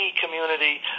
community